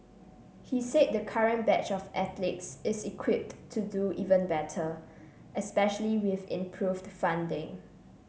he said the current batch of athletes is equipped to do even better especially with improved funding